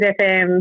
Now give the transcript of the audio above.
FM